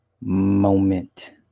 Moment